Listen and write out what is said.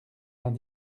vingt